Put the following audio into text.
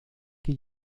que